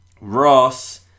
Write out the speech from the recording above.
Ross